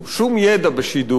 שום ידע בשידור,